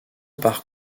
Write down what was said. par